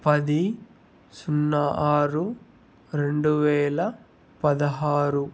పది సున్నా ఆరు రెండు వేల పదహారు